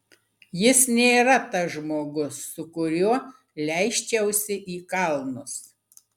jis nėra tas žmogus su kuriuo leisčiausi į kalnus